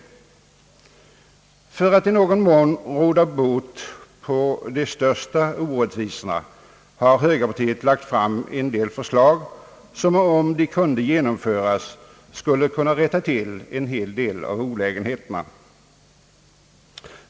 För att i någon mån råda bot på de största orättvisorna har högerpartiet lagt fram en del förslag som, om de kunde genomföras, skulle råda bot på en hel del olägenheter.